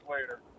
later